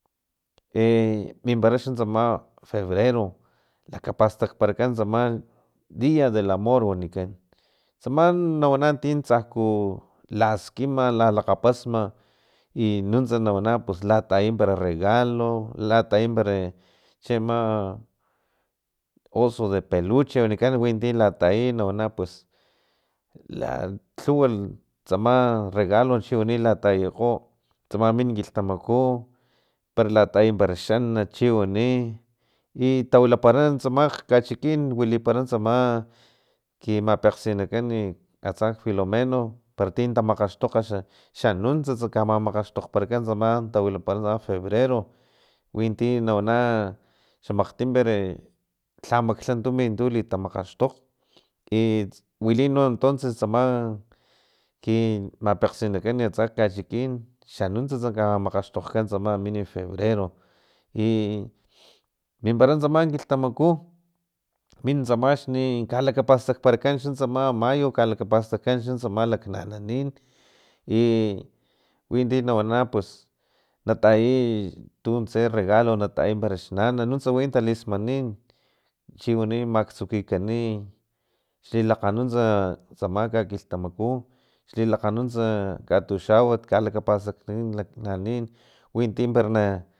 E mimpara xa febrero lakapastakparakan tsama dia del amor wanikan tsama nawana ti tsaku laskima lalakgapasma i nuntsa nawana pus latayima para regalo latayi para cheama oso de peluche wanikan winti latayi nawana pus la khuw tsama regalo chiwani latayikgo tsama min kilhtamaku para latayi para xanat para chiwani i tawilapara tsamakg kachikin wilipara tsama kimapakgsinakan atsa nak filomeno para ti natamakgastokg xa xanuntsats na kamamakgaxtokgkan tsama tawila tsama febrero winti nawana xamakgtim para lha maklha tumin tu nalitamakgastokg i wili noestonces tsama kin mapakgsinankan atsa kin xa nuntsats tamakgaxtokgkan tsama min febrero i mimpara tsama kilhtamaku mintsama axni kalapastakan tsama mayo kalakapastagkan uxantsama laknananin i winti nawana pus natayi tunse regalo natayi parax nana nuntsa wi talismanin chiwani maktsukikani xlilakganunts tsama kakilhtamaku xlilakganunts katuxawat mat kalakapastakan laknananin winti para na